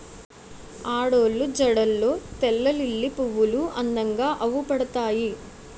ఆడోళ్ళు జడల్లో తెల్లలిల్లి పువ్వులు అందంగా అవుపడతాయి